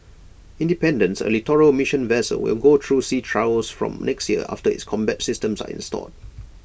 independence A littoral mission vessel will go through sea trials from next year after its combat systems are installed